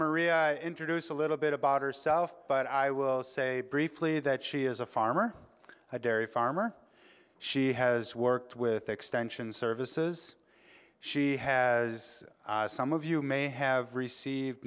maria introduce a little bit about herself but i will say briefly that she is a farmer a dairy farmer she has worked with the extension services she has some of you may have received